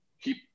keep